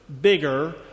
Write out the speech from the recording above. bigger